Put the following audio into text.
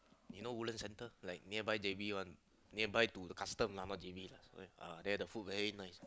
you know Woodland center like nearby J_B one nearby to custom lah not J_B there the food very nice